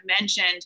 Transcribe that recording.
mentioned